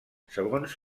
segons